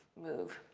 move.